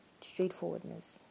straightforwardness